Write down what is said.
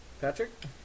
Patrick